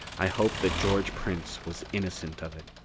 i hoped that george prince was innocent of it.